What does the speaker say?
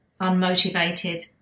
unmotivated